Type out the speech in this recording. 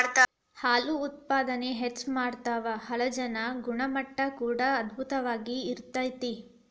ಹಾಲು ಉತ್ಪಾದನೆ ಹೆಚ್ಚ ಮಾಡತಾವ ಹಾಲಜನ ಗುಣಮಟ್ಟಾ ಕೂಡಾ ಅಧ್ಬುತವಾಗಿ ಇರತತಿ